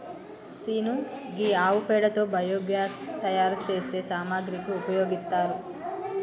scene గీ ఆవు పేడతో బయోగ్యాస్ తయారు సేసే సామాగ్రికి ఉపయోగిత్తారు